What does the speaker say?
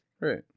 Right